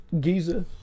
Giza